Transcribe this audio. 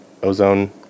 ozone